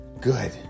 good